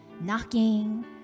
knocking